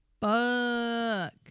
Fuck